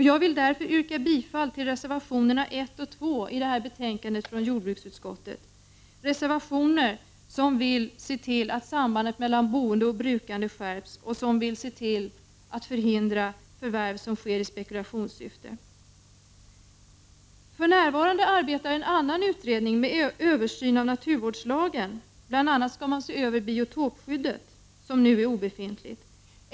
Jag yrkar därmed bifall till reservationerna 1 och 2 i jordbruksutskottets betänkande. Det är reservationer i vilka man vill se till att sambandet mellan boende och brukande skärps samt förhindra förvärv i spekulationssyfte. För närvarande arbetar en annan utredning med en översyn av naturvårdslagen. Den skall bl.a. se över biotopskyddet, som nu är obefintligt.